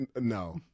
No